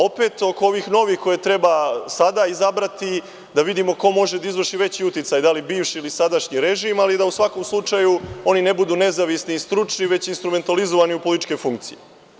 Opet, oko ovih novih koje treba sada izabrati, da vidimo ko može da izvrši veći uticaj, da li bivši, da li sadašnji režim, ali da u svakom slučaju oni ne budu nezavisni i stručni, već instrumentalizovani u političke funkcije.